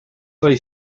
they